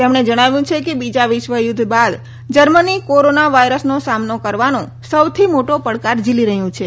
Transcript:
તેમણે જણાવ્યું છે કે બીજા વિશ્વ યુધ્ધ બાદ જર્મની કોરોના વાયરસનો સામનો કરવાનો સૌથી મોટો પડકાર ઝીલી રહ્યું છે